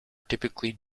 typically